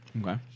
Okay